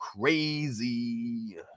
crazy